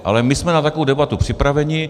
Ale my jsme na takovou debatu připraveni.